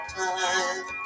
time